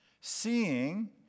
seeing